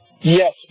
Yes